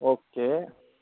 okay